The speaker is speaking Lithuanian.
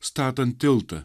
statant tiltą